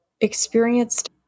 experienced